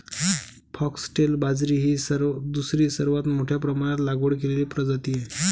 foxtail बाजरी ही दुसरी सर्वात मोठ्या प्रमाणात लागवड केलेली प्रजाती आहे